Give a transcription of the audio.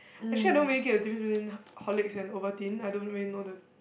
actually I don't really get the different between the Horlicks and Ovaltine I don't really know the